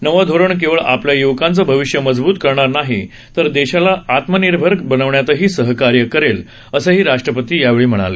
नवं धोरण केवळ आपल्या य्वकांचं भविष्य मजब्त करणार नाही तर देशाला आत्मनिर्भर बनवण्यातही सहकार्य करेल असंही राष्ट्रपती यावेळी म्हणाले